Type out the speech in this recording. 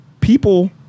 People